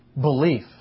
belief